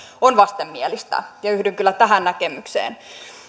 on vastenmielistä ja yhdyn kyllä tähän näkemykseen